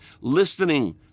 listening